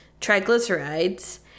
triglycerides